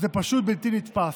זה פשוט בלתי נתפס.